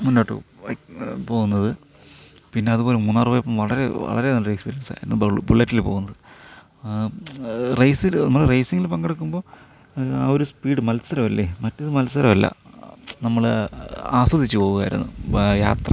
മുന്നോട്ട് പോവാൻ പോവുന്നത് പിന്നെ അത്പോലെ മൂന്നാറ് പോയപ്പം വളരെ വളരെ നല്ലൊരു എക്സ്പിരിയൻസ് ആയിരുന്നു ബുള്ളറ്റിൽ പോവുന്ന റേസില് നമ്മള് റേസിങ്ങിൽ പങ്കെടുക്കുമ്പം ആ ഒരു സ്പീഡ് മത്സരം അല്ല മറ്റേത് മത്സരം നമ്മള് ആസ്വദിച്ച് പോവുകയായിരുന്നു യാത്ര